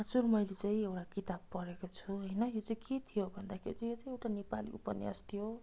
हजुर मैले चाहिँ एउटा किताब पढेको छु होइन यो चाहिँ के थियो भन्दाखेरि चाहिँ यो चाहिँ एउटा नेपाली उपन्यास थियो